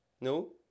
No